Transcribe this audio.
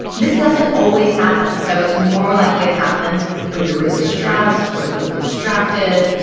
this doesn't always happen so it's more likely to happen when you're really stressed or you're really distracted,